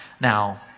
now